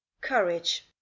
Courage